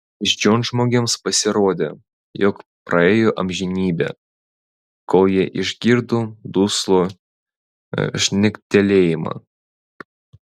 beždžionžmogiams pasirodė jog praėjo amžinybė kol jie išgirdo duslų žnektelėjimą